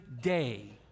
day